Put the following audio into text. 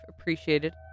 appreciated